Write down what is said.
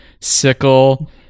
sickle